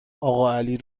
اقاعلی